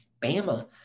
Bama